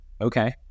okay